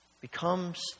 becomes